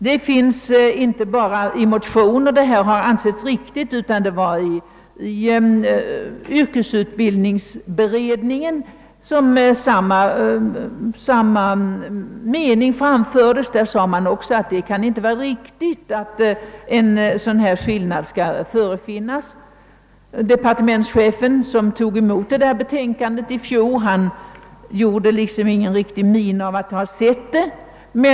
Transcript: Det är inte bara motionärerna, som har ansett detta riktigt; även i :yrkesutbildningsberedningen framfördes åsikten, att en sådan skillnad inte kunde vara befogad. Departementschefen, som tog emot beredningens betänkande i fjol, gjorde ingen min av att ha sett detta.